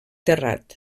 terrat